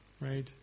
Right